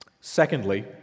Secondly